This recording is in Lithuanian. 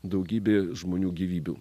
daugybė žmonių gyvybių